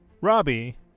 Robbie